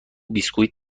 بیسکوییت